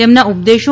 તેમના ઉપદેશો